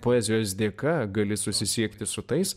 poezijos dėka gali susisiekti su tais